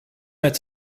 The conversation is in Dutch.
met